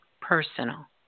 personal